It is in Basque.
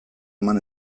eman